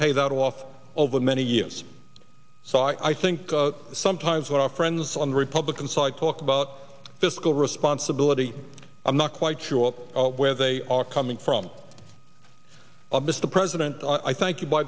pay that off over many years so i think sometimes what our friends on the republican side talk about fiscal responsibility i'm not quite sure where they are coming from a mr president i thank you by